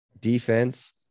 defense